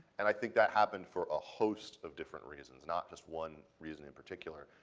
and i think that happened for a host of different reasons, not just one reason in particular,